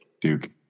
Duke